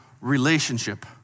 relationship